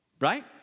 Right